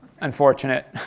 unfortunate